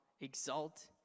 exalt